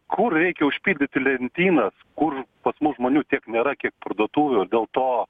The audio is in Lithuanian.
kur reikia užpildyti lentynas kur pas mus žmonių tiek nėra kiek parduotuvių dėl to